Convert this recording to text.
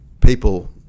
people